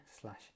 slash